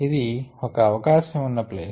ఇది ఒక అవకాశం ఉన్న ప్లేస్